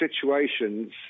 situations